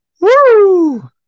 Woo